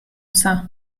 psa